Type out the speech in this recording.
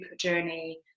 journey